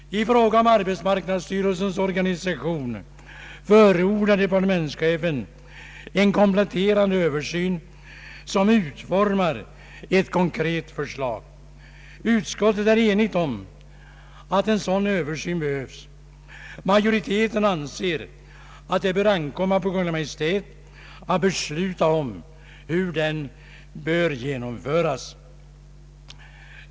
I fråga om arbetsmarknadsstyrelsens organisation förordar departementschefen en kompletterande översyn som utformar ett konkret förslag. Utskottet är enigt om att en sådan översyn behövs. Majoriteten anser att det bör ankomma på Kungl. Maj:t att besluta om hur den bör genomföras.